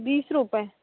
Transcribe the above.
बीस रुपये